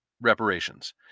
reparations